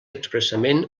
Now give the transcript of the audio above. expressament